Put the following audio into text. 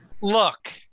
Look